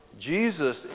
Jesus